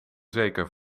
zeker